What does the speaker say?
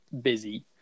busy